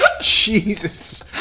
Jesus